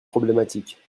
problématique